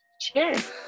Cheers